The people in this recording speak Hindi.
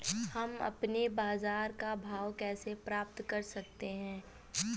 हम अपने बाजार का भाव कैसे पता कर सकते है?